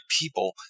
people